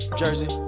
jersey